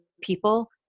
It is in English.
people